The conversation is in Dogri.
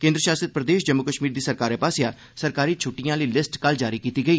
केन्द्र षासित प्रदेष जम्मू कष्मीर दी सरकारै पास्सेआ सरकारी छुट्टिएं आली लिस्ट कल जारी कीती गेई